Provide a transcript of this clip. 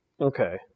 Okay